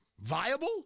viable